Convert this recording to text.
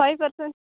five percent